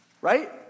right